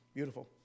Beautiful